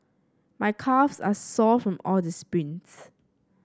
my calves are sore from all the sprints